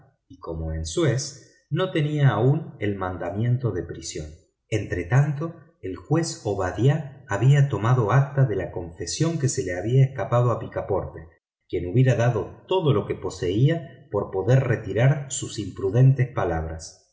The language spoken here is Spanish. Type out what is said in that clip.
y como en suez no tenía aún el mandato de prisión entretanto el juez obadiah había tomado acta de la confesión que se le había escapado a picaporte quien hubiera dado todo lo que poseía por poder retirar sus imprudentes palabras